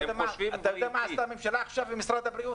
הם חושבים --- הממשלה ומשרד הבריאות